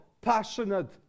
passionate